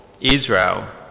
Israel